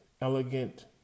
elegant